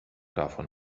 davon